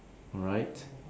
alright